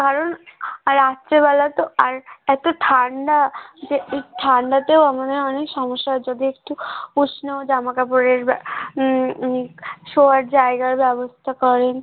কারণ আর রাত্রেবেলা তো আর এতো ঠান্ডা যে এই ঠান্ডাতেও আমাদের অনেক সমস্যা হয় যদি একটু উষ্ণ জামা কাপড়ের ব্যা শোয়ার জায়গার ব্যবস্থা করেন